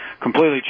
completely